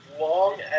long